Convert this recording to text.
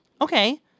Okay